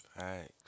Thanks